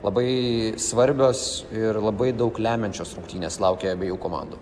labai svarbios ir labai daug lemiančios rungtynės laukia abiejų komandų